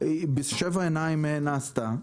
היא בשבע עיניים נעשתה.